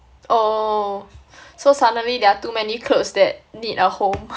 oh so suddenly there are too many clothes that need a home